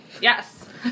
Yes